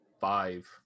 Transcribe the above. five